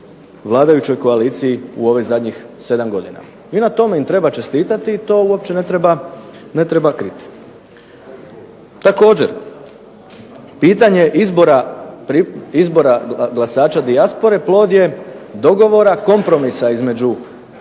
vladajućoj koaliciji u ovih zadnjih sedam godina. I na tome im treba čestitati i to uopće ne treba kriti. Također, pitanje izbora glasača dijaspore plod je dogovora, kompromisa između najvećih